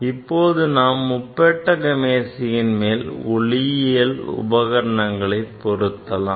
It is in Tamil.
இப்போது நாம் முப்பட்டக மேசையின் மேல் ஒளியியல் உபகரணங்களை பொருத்தலாம்